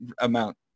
amount